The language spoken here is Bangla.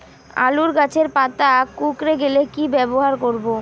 আলুর গাছের পাতা কুকরে গেলে কি ব্যবহার করব?